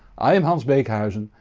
i am hans beekhuyzen,